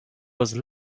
was